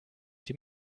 dem